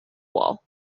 wall